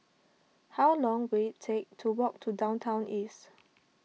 how long will it take to walk to Downtown East